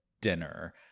dinner